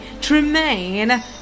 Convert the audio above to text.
Tremaine